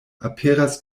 aperas